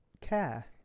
care